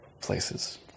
places